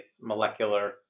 molecular